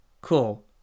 Cool